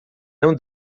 não